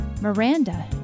Miranda